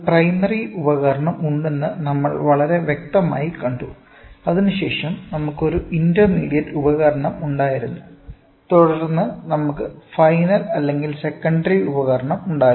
ഒരു പ്രൈമറി ഉപകരണം ഉണ്ടെന്ന് നമ്മൾ വളരെ വ്യക്തമായി കണ്ടു അതിനുശേഷം നമുക്ക് ഒരു ഇന്റർമീഡിയറ്റ് ഉപകരണം ഉണ്ടായിരുന്നു തുടർന്ന് നമുക്ക് ഫൈനൽ അല്ലെങ്കിൽ സെക്കണ്ടറി ഉപകരണം ഉണ്ടായിരുന്നു